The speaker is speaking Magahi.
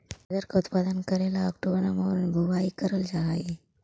गाजर का उत्पादन करे ला अक्टूबर नवंबर में बुवाई करल जा हई